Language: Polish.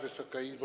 Wysoka Izbo!